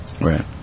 Right